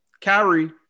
Kyrie